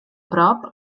prop